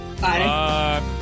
Bye